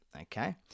Okay